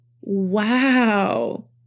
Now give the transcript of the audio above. Wow